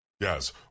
Yes